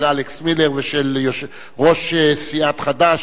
של אלכס מילר ושל ראש סיעת חד"ש,